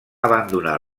abandonar